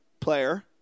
player